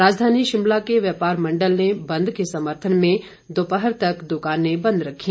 राजधानी शिमला के व्यापार मंडल ने बंद के समर्थन में दोपहर तक दुकाने बंद रखी